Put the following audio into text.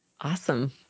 Awesome